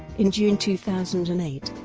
in june two thousand and eight,